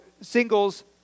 singles